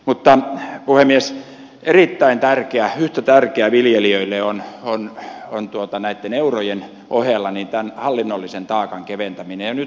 mutta puhemies erittäin tärkeää yhtä tärkeää viljelijöille on näitten eurojen ohella tämän hallinnollisen taakan keventäminen